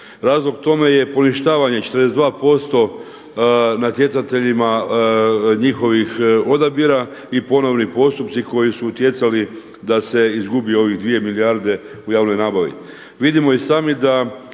Razlog tome je poništavanje 42% natjecateljima njihovih odabira i ponovni postupci koji su utjecali da se izgubi ovih 2 milijarde u javnoj nabavi.